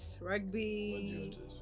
rugby